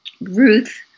Ruth